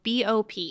BOP